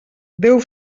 déu